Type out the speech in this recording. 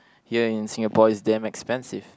here in Singapore is damn expensive